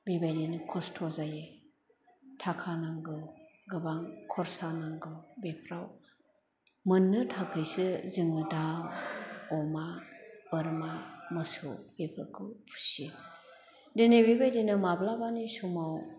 बेबायदिनो खस्थ जायो थाखा नांगौ गोबां खर्सा नांगौ बेफ्राव मोन्नो थाखायसो जोङो दाव अमा बोरमा मोसौ बेफोरखौ फुसियो दिनै बेबायदिनो माब्लाबानि समाव